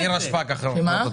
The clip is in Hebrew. נירה שפק, אחרונת הדוברים.